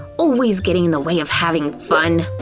always getting in the way of having fun.